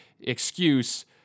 excuse